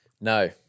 No